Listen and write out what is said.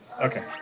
Okay